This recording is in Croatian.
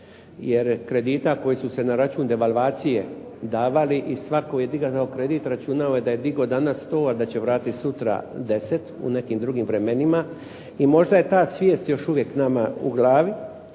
jer kredita koji su se na račun devalvacije davali i svatko tko je dizao kredit računao je da je digao danas 100, a da će vratiti sutra 10 u nekim drugim vremenima. I možda je ta svijest još uvijek nama u glavi,